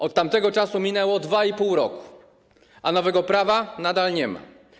Od tamtego czasu minęło 2,5 roku, a nowego prawa nadal nie ma.